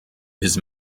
his